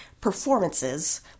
performances